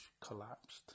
collapsed